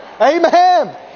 Amen